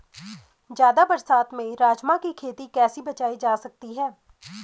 ज़्यादा बरसात से राजमा की खेती कैसी बचायी जा सकती है?